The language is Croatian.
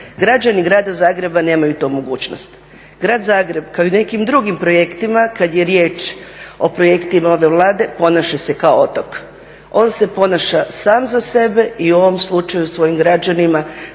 Građani grada Zagreba nemaju tu mogućnost. Grad Zagreb kao i u nekim drugim projektima kada je riječ o projektima ove Vlade ponaša se kao otok. On se ponaša sam za sebe i u ovom slučaju svojim građanima